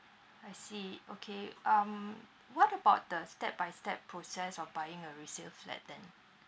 I see okay um what about the step by step process of buying a resale flat then